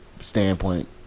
standpoint